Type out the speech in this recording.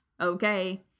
okay